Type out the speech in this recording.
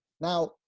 Now